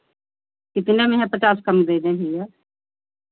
कितने में है पचास कम दे दें भैया